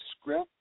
script